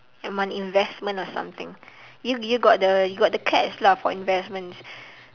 on investment or something you you got you got the cash lah for investment